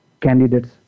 candidates